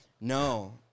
No